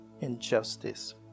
injustice